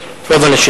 אברהים